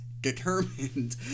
determined